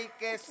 que